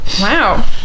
Wow